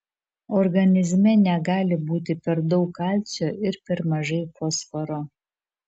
organizme negali būti per daug kalcio ir per mažai fosforo